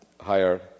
higher